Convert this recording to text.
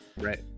Right